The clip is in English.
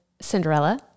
Cinderella